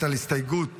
הסתייגות